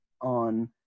on